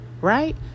Right